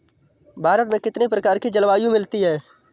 भारत में कितनी प्रकार की जलवायु मिलती है?